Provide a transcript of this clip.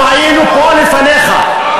אנחנו היינו פה לפניך,